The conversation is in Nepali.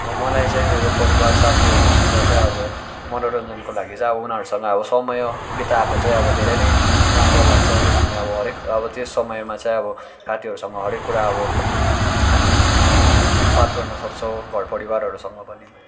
मलाई चाहिँ मेरो परिवार साथीहरूसित चाहिँ अब मनोरञ्जनको लागि चाहिँ अब उनीरूसँग अब समय बिताएको चाहिँ अब धेरै नै राम्रो लाग्छ किनभने अब हरेक अब त्यस समयमा चाहिँ अब साथीहरूसँग हरेक कुरा अब हामी बात गर्न सक्छौँ घर परिवारहरूसँग पनि